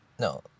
no